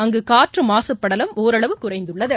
அங்கு காற்று மாசுப்படலம் ஒரளவு குறைந்துள்ளது